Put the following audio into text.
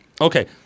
Okay